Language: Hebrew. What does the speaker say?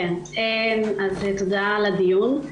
תודה על הדיון.